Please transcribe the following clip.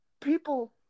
people